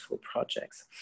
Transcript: projects